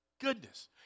Goodness